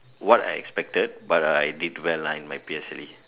what I expected but I did well lah in my P_S_L_E